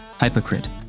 Hypocrite